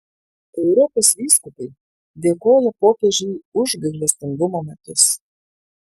europos vyskupai dėkoja popiežiui už gailestingumo metus